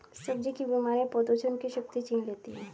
सब्जी की बीमारियां पौधों से उनकी शक्ति छीन लेती हैं